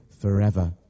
forever